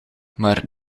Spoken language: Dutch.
maar